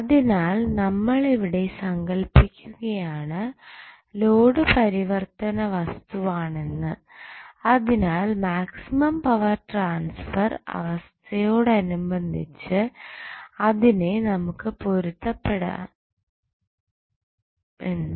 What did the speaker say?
അതിനാൽ നമ്മൾ ഇവിടെ സങ്കൽപ്പിക്കുകയാണ് ലോഡ് പരിവർത്തന വസ്തുവാണെന്ന് അതിനാൽ മാക്സിമം പവർ ട്രാൻസ്ഫർ അവസ്ഥയോടനുബന്ധിച്ച് അതിനെ നമുക്ക് പൊരുത്തപ്പെടുത്താമെന്ന്